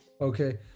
Okay